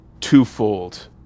twofold